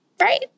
Right